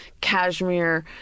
cashmere